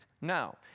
Now